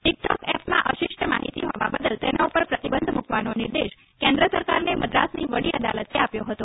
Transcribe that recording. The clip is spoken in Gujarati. ટીકટોક એપમાં અશિષ્ટ માહિતી હોવા બદલ તેના ઉપર પ્રતિબંધ મુકવાનો નિર્દેશ કેન્દ્ર સરકારને મદ્રાસની વડી અદાલતે આપ્યો હતો